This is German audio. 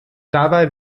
dabei